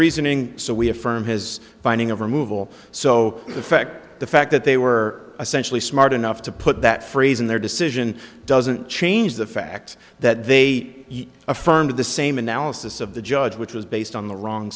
reasoning so we affirm his finding of removal so the fact the fact that they were essentially smart enough to put that phrase in their decision doesn't change the fact that they affirmed the same analysis of the judge which was based on the wrong